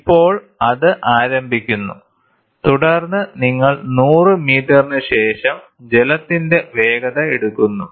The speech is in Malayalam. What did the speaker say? ഇപ്പോൾ അത് ആരംഭിക്കുന്നു തുടർന്ന് നിങ്ങൾ 100 മീറ്ററിന് ശേഷം ജലത്തിന്റെ വേഗത എടുക്കുന്നു